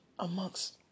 Amongst